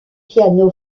piano